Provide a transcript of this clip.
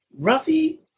Ruffy